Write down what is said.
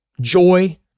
joy